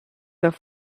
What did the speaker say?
have